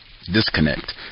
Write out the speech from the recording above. disconnect